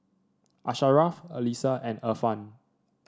Asharaff Alyssa and Irfan